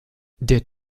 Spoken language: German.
der